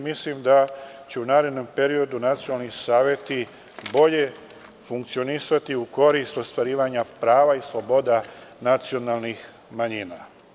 Mislim da će u narednom periodu nacionalni saveti bolje funkcionisati u korist ostvarivanja prava i sloboda nacionalnih manjina.